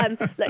Look